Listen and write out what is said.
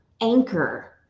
anchor